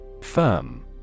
Firm